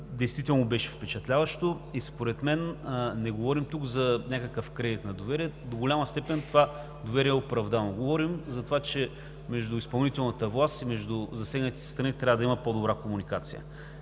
действително беше впечатляващо и според мен – не говорим тук за някакъв кредит на доверие, до голяма степен това доверие е оправдано. Говорим за това, че между изпълнителната власт и между засегнатите страни трябва да има по-добра комуникация.